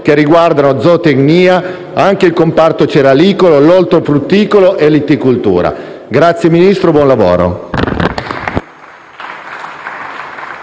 che riguardano zootecnia, anche il comparto cerealicolo, l'ortofrutticolo e l'itticoltura. Signor Ministro, le auguro,